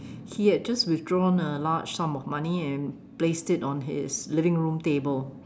he had just withdrewn a large sum of money and placed it on his living room table